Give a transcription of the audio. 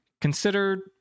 consider